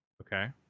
Okay